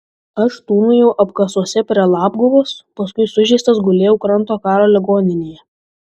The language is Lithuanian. aš tūnojau apkasuose prie labguvos paskui sužeistas gulėjau kranto karo ligoninėje